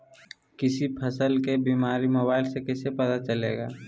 किसी फसल के बीमारी मोबाइल से कैसे पता चलेगा?